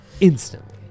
instantly